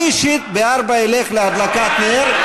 אני אישית ב-16:00 אלך להדלקת נר,